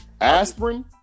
Aspirin